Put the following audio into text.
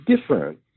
different